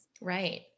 Right